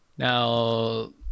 Now